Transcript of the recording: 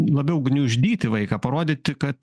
labiau gniuždyti vaiką parodyti kad